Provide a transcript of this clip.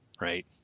right